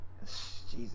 Jesus